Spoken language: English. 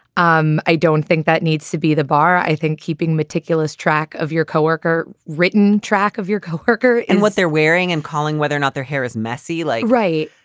um i don't think that needs to be the bar. i think keeping meticulous track of your coworker, written track of your co-worker and what they're wearing and calling whether or not their hair is messy like right.